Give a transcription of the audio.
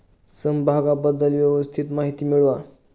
समभागाबद्दल व्यवस्थित माहिती मिळवा